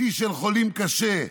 שיא של חולים קשה,